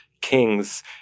kings